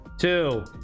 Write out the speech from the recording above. Two